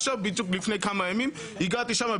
עכשיו בדיוק לפני כמה ימים הגעתי לשם,